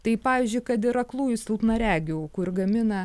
tai pavyzdžiui kad ir aklųjų silpnaregių kur gamina